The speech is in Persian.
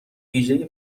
ویژهی